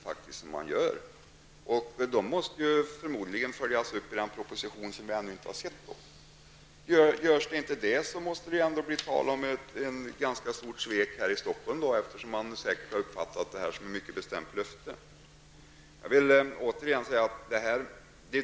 Förmodligen måste dessa följas upp i den proposition som vi ännu inte har sett. Blir inte det följden, måste det bli tal om ett ganska stort svek mot Stockholm, eftersom det hela säkert har uppfattats som ett mycket bestämt löfte.